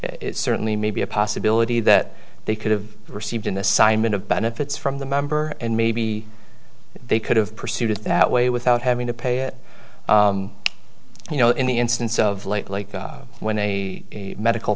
t certainly may be a possibility that they could have received in the simon of benefits from the member and maybe they could have pursued it that way without having to pay it you know in the instance of lately when a medical